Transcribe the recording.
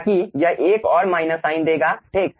ताकि यह एक और माइनस साइन देगा ठीक